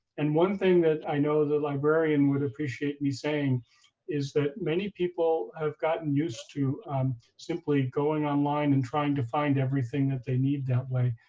and one thing that i know the librarian would appreciate me saying is that many people have gotten used to simply going online and trying to find everything that they need that way,